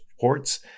ports